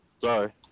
Sorry